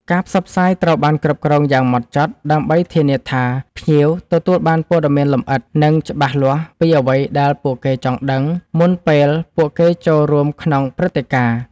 ការផ្សព្វផ្សាយត្រូវបានគ្រប់គ្រងយ៉ាងម៉ត់ចត់ ដើម្បីធានាថាភ្ញៀវទទួលបានព័ត៌មានលម្អិត និងច្បាស់លាស់ពីអ្វីដែលពួកគេចង់ដឹង មុនពេលពួកគេចូលរួមក្នុងព្រឹត្តិការណ៍។